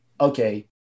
okay